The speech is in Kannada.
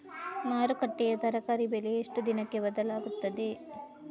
ಮಾರುಕಟ್ಟೆಯ ತರಕಾರಿ ಬೆಲೆ ಎಷ್ಟು ದಿನಕ್ಕೆ ಬದಲಾಗುತ್ತದೆ?